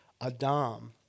Adam